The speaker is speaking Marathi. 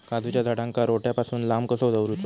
काजूच्या झाडांका रोट्या पासून लांब कसो दवरूचो?